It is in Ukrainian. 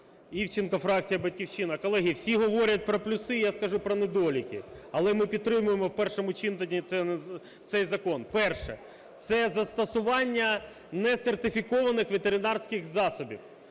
Івченко, фракція "Батьківщина". Колеги, всі говорять про плюси. Я скажу про недоліки. Але ми підтримуємо в першому читанні цей закон. Перше. Це застосування несертифікованих ветеринарних засобів.